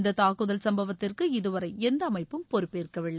இந்த தாக்குதல் சம்பவத்திற்கு இதுவரை எந்த அமைப்பும் பொறுப்பேற்கவில்லை